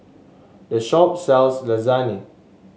this shop sells Lasagne